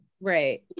Right